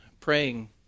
praying